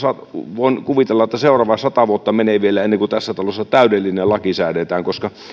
voin kuvitella että seuraavat sata vuotta menee vielä ennen kuin tässä talossa täydellinen laki säädetään koska